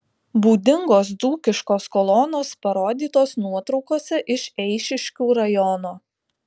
būdingos dzūkiškos kolonos parodytos nuotraukose iš eišiškių rajono